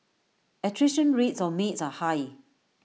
attrition rates of maids are high